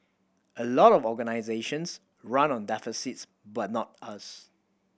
a lot of organisations run on deficits but not us